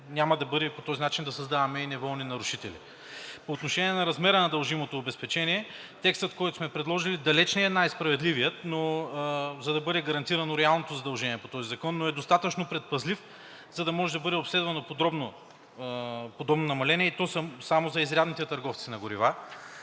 като по този начин няма да създаваме и неволни нарушители. По отношение на размера на дължимото обезпечение. Текстът, който сме предложили, далеч не е най-справедливият, за да бъде гарантирано реалното задължение по този закон, но е достатъчно предпазлив, за да може да бъде обследвано подробно подобно намаление, и то само за изрядните търговци на горива,